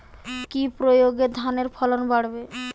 কি প্রয়গে ধানের ফলন বাড়বে?